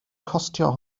costio